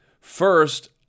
First